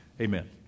Amen